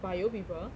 bio people